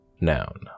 noun